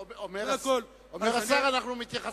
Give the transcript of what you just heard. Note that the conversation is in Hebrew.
אומר השר, אנחנו מתייחסים לשר.